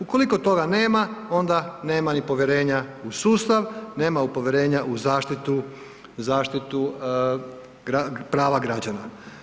Ukoliko toga nema onda nema ni povjerenja u sustav, nemaju povjerenja u zaštitu, zaštitu prava građana.